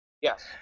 Yes